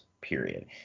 period